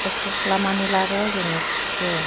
खस्त खालामानै लाबो जोङो फुसियो